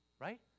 right